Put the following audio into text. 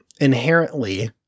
inherently